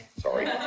Sorry